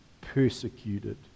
persecuted